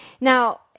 Now